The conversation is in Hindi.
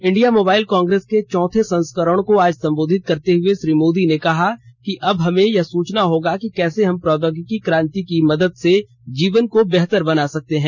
इंडिया मोबाइल कांग्रेस के चौथे संस्करण को आज संबोधित करते हए श्री मोदी ने कहा कि अब हमें यह सोचना होगा कि कैसे हम प्रौद्योगिक क्रांति की मदद से जीवन को बेहतर बना सकते हैं